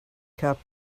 cup